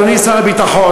אדוני שר הביטחון,